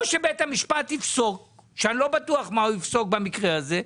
או שבית המשפט יפסוק ואני לא בטוח מה הוא יפסוק במקרה הזה.